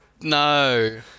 No